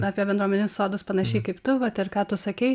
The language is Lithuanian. apie bendruomeninius sodus panašiai kaip tu vat ir ką tu sakei